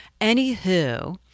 Anywho